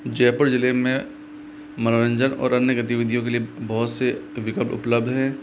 जयपुर जिले में मनोरंजन और अन्य गतिविधियों के लिए बहुत से विकल्प उपलब्ध हैं